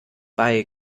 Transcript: bei